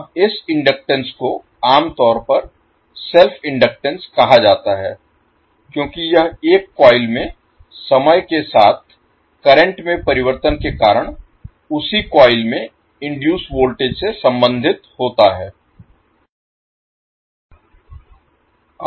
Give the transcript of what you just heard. अब इस इनडक्टेंस को आमतौर पर सेल्फ इनडक्टेंस कहा जाता है क्योंकि यह एक कॉइल में समय के साथ करंट में परिवर्तन के कारण उसी कॉइल में इनडुइस वोल्टेज से संबंधित होता है